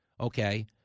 okay